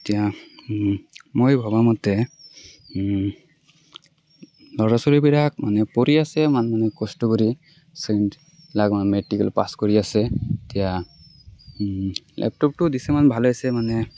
এতিয়া মই ভবা মতে ল'ৰা ছোৱালীবিলাক মানে পঢ়ি আছে মানে কষ্ট কৰি মেট্ৰিকত পাছ কৰি আছে এতিয়া লেপটপটো দিছে মানে ভাল হৈছে মানে